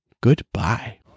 Goodbye